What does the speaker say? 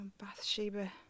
Bathsheba